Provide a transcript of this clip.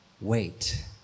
wait